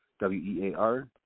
W-E-A-R